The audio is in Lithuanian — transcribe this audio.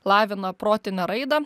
lavina protinę raidą